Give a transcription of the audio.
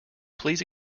please